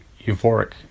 euphoric